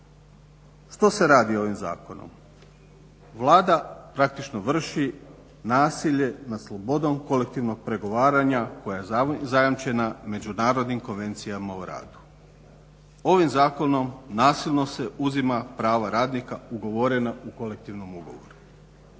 ne.što se radi ovim zakonom? Vlada praktički vrši nasilje nad slobodom kolektivnog pregovaranja koja je zajamčena Međunarodnim konvencijama o radu. Ovim zakonom nasilno se uzimaju prava radnika ugovorena u Kolektivnom ugovoru.